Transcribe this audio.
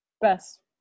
best